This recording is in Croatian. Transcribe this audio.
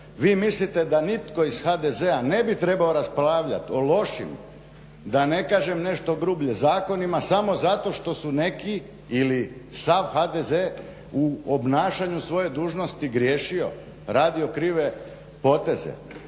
Vi mislite da nitko iz HDZ-a ne bi trebao raspravljati o lošim da ne kažem nešto grublje zakonima samo zato što su neki ili sav HDZ u obnašanju svoje dužnosti griješio, radio krive poteze.